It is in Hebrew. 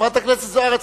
חברת הכנסת זוארץ,